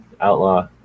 Outlaw